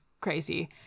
crazy